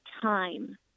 time